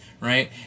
right